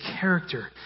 character